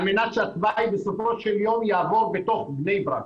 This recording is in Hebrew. מנת שהתוואי בסופו של יום יעבור בתוך בני ברק,